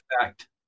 fact